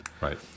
Right